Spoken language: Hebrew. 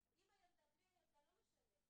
אני אגדיר לך בדיוק